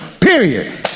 period